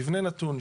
מבנה נתון,